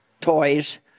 toys